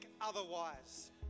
otherwise